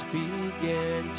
begin